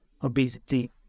obesity